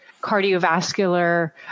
cardiovascular